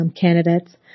candidates